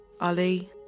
Ali